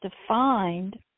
defined